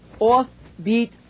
offbeat